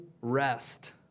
rest